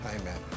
Amen